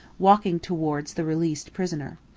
walking towards the released prisoner.